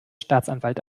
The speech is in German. staatsanwalt